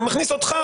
"אני מכניס ואתך,